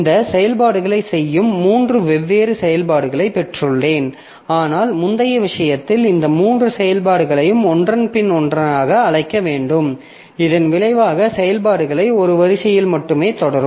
இந்த செயல்பாடுகளைச் செய்யும் மூன்று வெவ்வேறு செயல்பாடுகளை பெற்றுள்ளேன் ஆனால் முந்தைய விஷயத்தில் இந்த மூன்று செயல்பாடுகளையும் ஒன்றன் பின் ஒன்றாக அழைக்க வேண்டும் இதன் விளைவாக செயல்பாடுகளை ஒரு வரிசையில் மட்டுமே தொடரும்